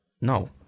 No